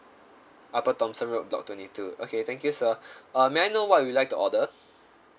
upper thomson road block twenty two okay thank you sir uh may I know what you would like to order